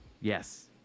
Yes